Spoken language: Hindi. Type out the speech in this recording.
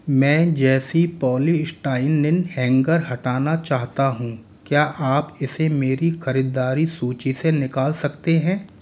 मैं जेसी पॉली स्टॉइनिन हैंगर हटाना चाहता हूँ क्या आप इसे मेरी खरीदारी सूची से निकाल सकते हैं